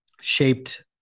shaped